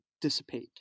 dissipate